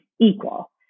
equal